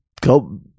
Go